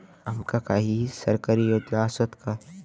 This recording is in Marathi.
आमका काही सरकारी योजना आसत काय?